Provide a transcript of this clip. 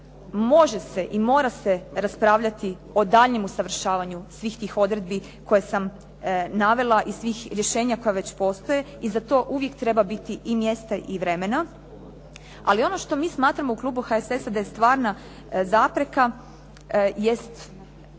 Može se i mora se raspravljati o danjem usavršavanju svih tih odredbi koje sam navela i svih rješenja koja već postoje i za to uvijek treba biti i mjesta i vremena. Ali ono što mi smatramo u klubu HSS-a da je stvarna zapreka je